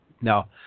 Now